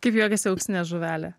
kaip juokiasi auksinė žuvelė